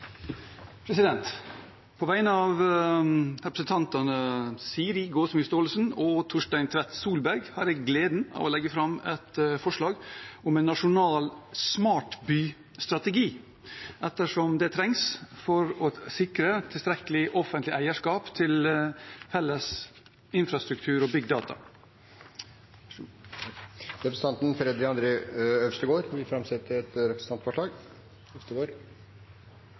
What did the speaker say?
representantforslag. På vegne av representantene Siri Gåsemyr Staalesen, Torstein Tvedt Solberg og meg selv har jeg gleden av å legge fram et forslag om en nasjonal smartbystrategi, ettersom det trengs for å sikre tilstrekkelig offentlig eierskap til felles infrastruktur og byggdata. Representanten Freddy André Øvstegård vil framsette et representantforslag.